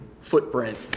footprint